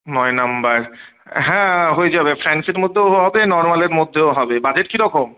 নয় নাম্বার হ্যাঁ হয়ে যাবে ফ্যান্সির মধ্যেও হবে নর্মালের মধ্যেও হবে বাজেট কী রকম